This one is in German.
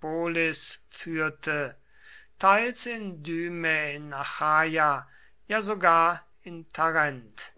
dyme in achaia ja sogar in tarent